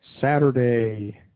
Saturday